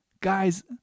Guys